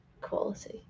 quality